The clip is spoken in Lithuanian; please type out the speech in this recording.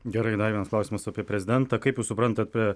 gerai dar vienas klausimas apie prezidentą kaip jūs suprantate